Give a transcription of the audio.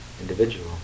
individual